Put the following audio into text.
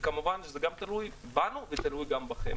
וכמובן שזה גם תלוי בנו ותלוי גם בכם.